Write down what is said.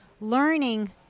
Learning